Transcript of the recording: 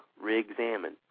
re-examine